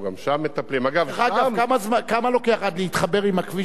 דרך אגב, כמה לוקח להתחבר עם הכביש הראשי?